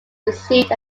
received